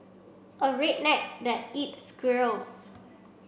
a redneck that eats squirrels